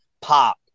Pop